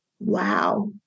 Wow